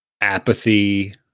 apathy